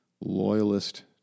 loyalist